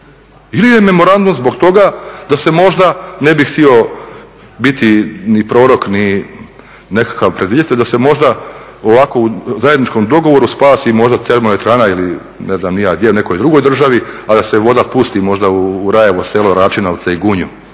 Ili je memorandum zbog toga da se možda, ne bih htio biti ni prorok ni nekakav predviditelj, da se možda ovako u zajedničkom dogovoru spasi možda termoelektrana ili ne znam ni ja gdje, u nekoj drugoj državi, a da se voda pusti možda u Rajevo selo, Račinovce i Gunju